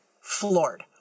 floored